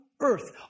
earth